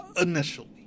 initially